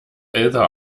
älter